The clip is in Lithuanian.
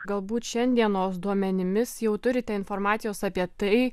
galbūt šiandienos duomenimis jau turite informacijos apie tai